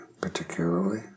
particularly